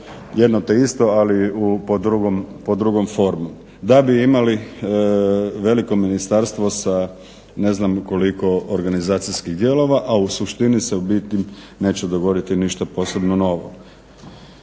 jedno te isto ali pod drugom formom da bi imali veliko ministarstvo sa ne znam koliko organizacijskih dijelova, a u suštini se u biti neće dogoditi ništa posebno novo.